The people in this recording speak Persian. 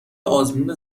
آزمون